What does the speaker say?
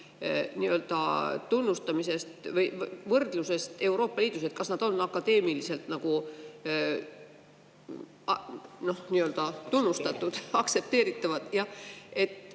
tunnustamisest, võrdlusest Euroopa Liidus, et kas see on akadeemiliselt tunnustatud, aktsepteeritav.